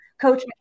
coach